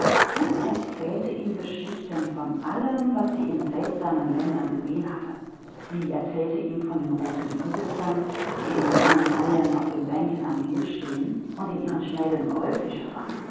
und erzählte ihm geschichten von all dem was er in fremden ländern gesehen hatte er erzählte ihm von den roten ibissen die in langen reihen an den nilufern stehen und mit ihren schnäbeln goldfische fangen